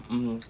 mmhmm